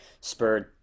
spurred